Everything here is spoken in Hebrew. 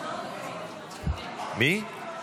שמית.